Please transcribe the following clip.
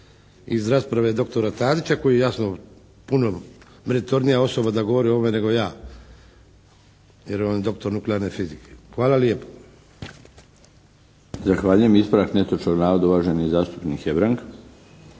iz rasprave doktora Tadića koji je jasno puno meritornija osoba da govori o ovome nego ja. Jer on je doktor nuklearne fizike. Hvala lijepo. **Milinović, Darko (HDZ)** Zahvaljujem. Ispravak netočnog navoda uvaženi zastupnik Hebrang.